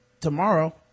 tomorrow